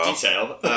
detail